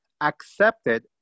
accepted